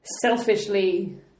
selfishly